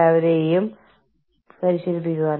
ഇറ്റലിയിൽ ബുസ്റ്ററെല്ല